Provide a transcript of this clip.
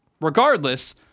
regardless